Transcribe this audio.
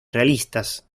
realistas